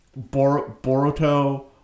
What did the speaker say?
Boruto